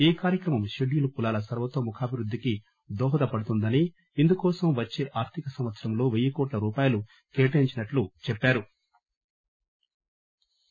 ఈ కార్యక్రమం షెడ్యూల్ కులాల సర్వతో ముఖాభివృద్దికి దోహదపడుతుందని ఇందుకోసం వచ్చే ఆర్థిక సంవత్సరం లో పెయ్యి కోట్ల రూపాయలు కేటాయించినట్టు చెప్పారు